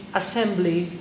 assembly